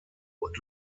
und